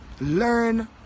Learn